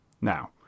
Now